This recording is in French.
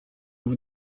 vous